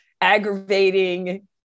aggravating